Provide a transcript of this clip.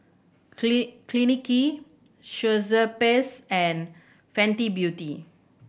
Clinique Schweppes and Fenty Beauty